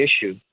issue